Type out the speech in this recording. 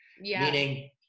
Meaning